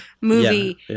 movie